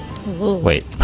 Wait